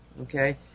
okay